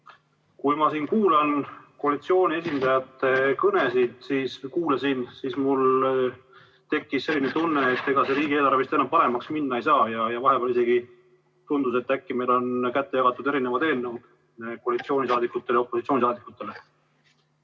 Kui ma siin kuulasin koalitsiooni esindajate kõnesid, siis mul tekkis selline tunne, et ega see riigieelarve vist enam paremaks minna ei saa. Vahepeal isegi tundus, et äkki on meile kätte jagatud erinevad eelnõud, koalitsioonisaadikutele ja opositsioonisaadikutele. Läbi